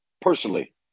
personally